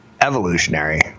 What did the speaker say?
evolutionary